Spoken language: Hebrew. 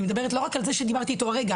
אני מדברת לא רק על זה שדיברתי איתו הרגע.